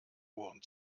ohren